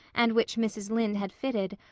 and which mrs. lynde had fitted,